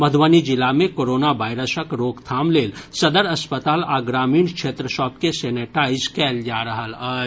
मधुबनी जिला मे कोरोना वायरसक रोकथाम लेल सदर अस्पताल आ ग्रामीण क्षेत्र सभ के सेनेटाइज कयल जा रहल अछि